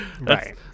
Right